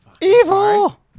Evil